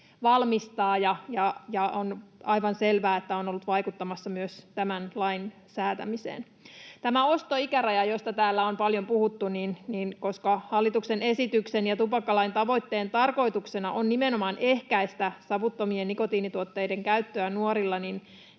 valmistaa, ja on aivan selvää, että se on ollut vaikuttamassa myös tämän lain säätämiseen. Sitten tähän ostoikärajaan, josta täällä on paljon puhuttu. Koska hallituksen esityksen ja tupakkalain tavoitteen tarkoituksena on nimenomaan ehkäistä savuttomien nikotiinituotteiden käyttöä nuorilla,